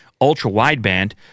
ultra-wideband